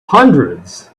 hundreds